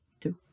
two